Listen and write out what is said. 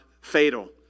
fatal